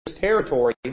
territory